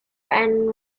end